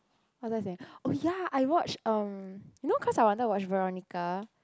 what was I saying oh ya I watch um you know cause I wanted watch Veronica